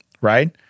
right